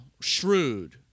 shrewd